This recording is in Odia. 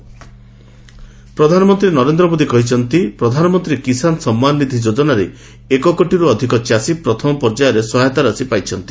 ପିଏମ୍ ଭାଇଜାଗ୍ ପ୍ରଧାନମନ୍ତ୍ରୀ ନରେନ୍ଦ୍ର ମୋଦି କହିଛନ୍ତି ପ୍ରଧାନମନ୍ତ୍ରୀ କିଷାନ ସମ୍ମାନ ନିଧି ଯୋଜନାରେ ଏକକୋଟିରୁ ଅଧିକ ଚାଷୀ ପ୍ରଥମ ପର୍ଯ୍ୟାୟ ସହାୟତା ରାଶି ପାଇଛନ୍ତି